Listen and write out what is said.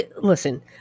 listen